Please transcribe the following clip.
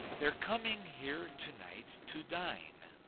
they're coming here tonight to dine,